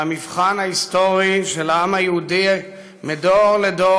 והמבחן ההיסטורי של העם היהודי מדור לדור